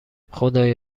خدای